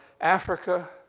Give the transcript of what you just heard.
Africa